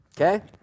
okay